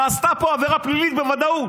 נעשתה פה עבירה פלילית בוודאות,